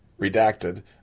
redacted